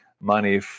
money